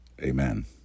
Amen